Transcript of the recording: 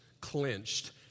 clenched